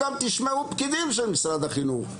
אתם תשמעו גם פקידים של משרד החינוך,